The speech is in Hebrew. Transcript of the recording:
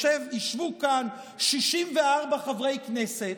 ישבו כאן 64 חברי כנסת,